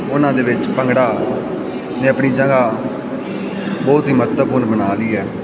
ਉਹਨਾਂ ਦੇ ਵਿੱਚ ਭੰਗੜਾ ਨੇ ਆਪਣੀ ਜਗ੍ਹਾ ਬਹੁਤ ਹੀ ਮਹੱਤਵਪੂਰਨ ਬਣਾ ਲਈ ਹੈ